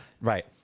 Right